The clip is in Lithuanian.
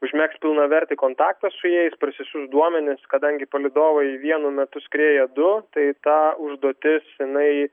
užmegzt pilnavertį kontaktą su jais parsisiųst duomenis kadangi palydovai vienu metu skrieja du tai ta užduotis jinai